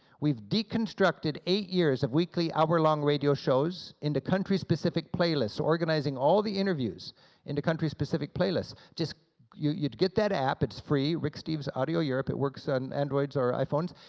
we've deconstructed eight years of weekly hour-long radio shows into country specific playlists, organizing all the interviews into country specific playlists. just you get that app, it's free, rick steves audio europe, it works on androids or iphones,